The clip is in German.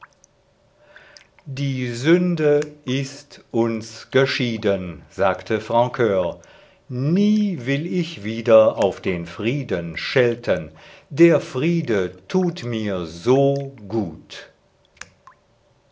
die sünde ist uns geschieden sagte francur nie will ich wieder auf den frieden schelten der friede tut mir so gut